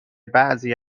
بعضی